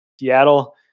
Seattle